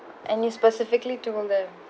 and you specifically told them